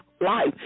life